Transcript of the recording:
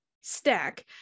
stack